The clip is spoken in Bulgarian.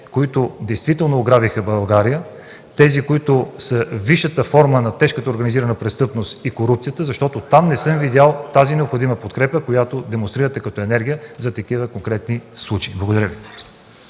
които действително ограбиха България, тези, които са висшата форма на тежката организирана престъпност и корупцията, защото там не съм видял необходимата подкрепа, която демонстрирате като енергия в такива конкретни случаи. Благодаря Ви.